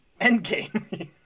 Endgame